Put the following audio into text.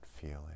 feeling